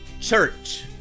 church